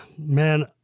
Man